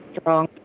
strong